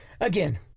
again